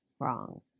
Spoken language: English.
wrong